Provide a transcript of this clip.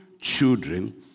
children